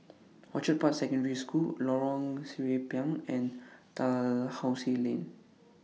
Orchid Park Secondary School Lorong Sireh Pinang and Dalhousie Lane